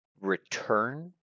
return